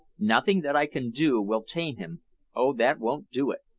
nothing that i can do will tame him oh, that won't do it,